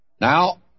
Now